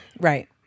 Right